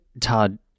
Todd